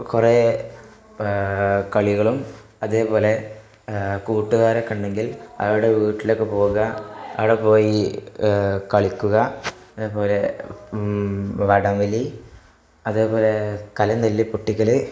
കുറേ കളികളും അതേപോലെ കൂട്ടുകാരൊക്കെയുണ്ടെങ്കിൽ അവരുടെ വീട്ടിലൊക്കെ പോകാം അവിടെ പോയി കളിക്കുക അതേപോലെ വടംവലി അതേപോലെ കലം തല്ലി പൊട്ടിക്കല്